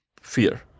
fear